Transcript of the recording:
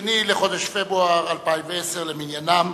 2 בחודש פברואר 2010 למניינם.